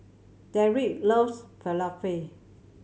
Derrek loves Falafel